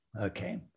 okay